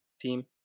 team